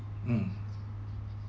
mm